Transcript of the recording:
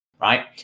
right